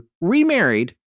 remarried